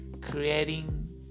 creating